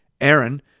Aaron